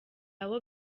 abo